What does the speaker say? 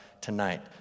Tonight